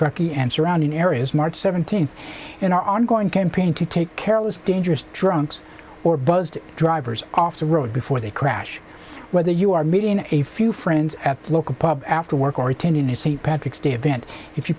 truckee and surrounding areas march seventeenth in our ongoing campaign to take care of those dangerous drunks or buzzed drivers off the road before they crash whether you are meeting a few friends at the local pub after work or attending a seat patrick's day event if you